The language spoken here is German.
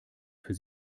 für